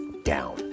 Down